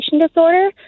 disorder